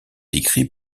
décrits